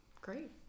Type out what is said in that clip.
Great